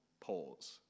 pause